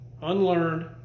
unlearned